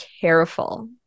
careful